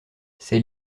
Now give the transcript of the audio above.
ses